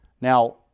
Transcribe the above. Now